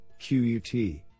QUT